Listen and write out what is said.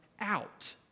out